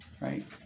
Right